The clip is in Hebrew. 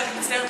שאני מצטערת,